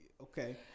Okay